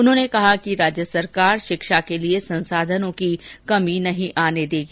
उन्होंने कहा कि राज्य सरकार शिक्षा के लिए संसाधनों की कमी नहीं आने देगी